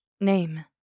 Name